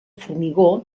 formigó